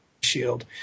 Shield